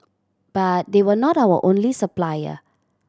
but they were not our only supplier